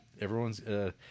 Everyone's